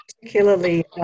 particularly